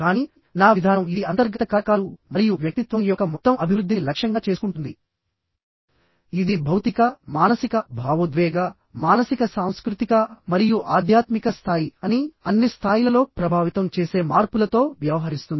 కానీ నా విధానం ఇది అంతర్గత కారకాలు మరియు వ్యక్తిత్వం యొక్క మొత్తం అభివృద్ధిని లక్ష్యంగా చేసుకుంటుంది ఇది భౌతిక మానసిక భావోద్వేగ మానసిక సాంస్కృతిక మరియు ఆధ్యాత్మిక స్థాయి అని అన్ని స్థాయిలలో ప్రభావితం చేసే మార్పులతో వ్యవహరిస్తుంది